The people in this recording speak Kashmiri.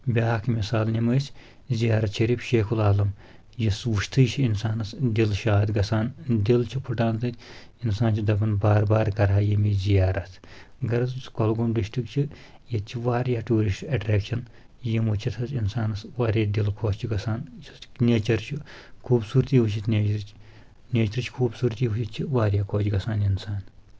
بیاکھ مِثال نِمو أسۍ زیارت شریٖف شیخ العالم یُس وٕچھتھٕے چھُ انسانس دِل شاد گژھان دِل چھِ پھٔٹان تتہِ انسان چھِ دپن بار بار کرہا یہِ ییٚمِچ زِیارت غَرض یُس یہِ کۄلگوم ڈسٹرک چھِ ییٚتہِ چھِ واریاہ ٹوٗرِسٹ ایٹریکشن یِمو چھِ سۭتۍ چھُ انسانس واریاہ دِل خۄش چھُ گژھان یُس نیچر چھُ خوٗبصوٗرتی وُچھِتھ نیچرٕچ نیچرٕچ خوٗبصوٗرتی وُچھِتھ چھِ واریاہ خۄش گژھان اِنسان